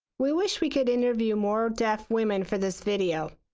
we wish we could interview more deaf women for this video.